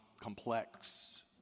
complex